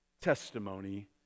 testimony